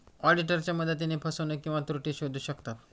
ऑडिटरच्या मदतीने फसवणूक किंवा त्रुटी शोधू शकतात